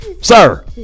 Sir